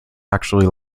actually